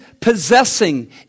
possessing